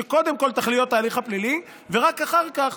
שקודם כול תכליות ההליך הפלילי ורק אחר כך